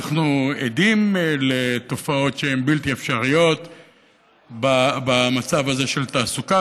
אנחנו עדים לתופעות שהן בלתי אפשריות במצב הזה של תעסוקה.